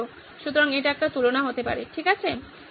সুতরাং এটি একটি তুলনা হতে পারে ঠিক আছে তাই